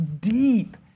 deep